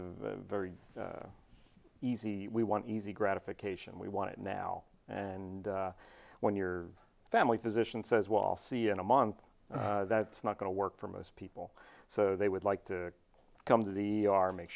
a very easy we want easy gratification we want it now and when your family physician says well see in a month that's not going to work for most people so they would like to come to